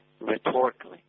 rhetorically